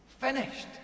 finished